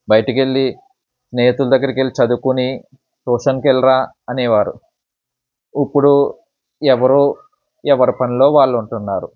బయటికెళ్ళి స్నేహితుల దగ్గరికెళ్ళి చదువుకొని ట్యూషన్కి వెళ్ళిరా అనేవారు ఇప్పుడూ ఎవరూ ఎవరి పనిలో వాళ్ళు ఉంటున్నారు